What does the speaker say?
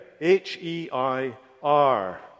H-E-I-R